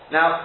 Now